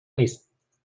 نیست